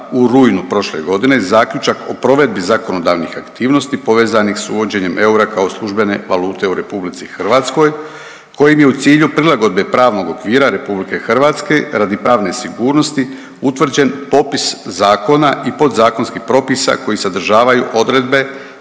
u rujnu prošle godine zaključak o provedbi zakonodavnih aktivnosti povezanih sa uvođenjem eura kao službene valute u Republici Hrvatskoj kojem je u cilju prilagodbe pravnog okvira Republike Hrvatske radi pravne sigurnosti utvrđen popis zakona i podzakonskih propisa koji sadržavaju odredbe